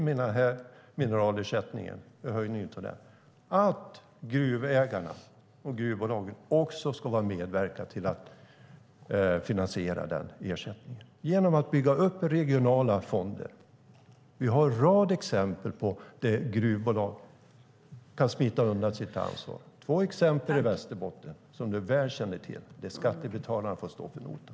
Med den höjningen vill vi att gruvägarna och gruvbolagen ska medverka till att finansiera ersättningen genom att bygga upp regionala fonder. Vi har en rad exempel på att gruvbolag kan smita undan sitt ansvar. Vi har två exempel i Västerbotten, som Helena Lindahl väl känner till, där skattebetalarna får stå för notan.